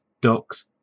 ducks